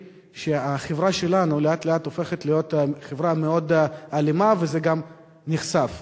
החברה שלנו לאט-לאט הופכת להיות חברה מאוד אלימה וזה גם נחשף.